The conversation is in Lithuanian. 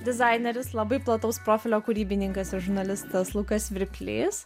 dizaineris labai plataus profilio kūrybininkas ir žurnalistas lukas svirplys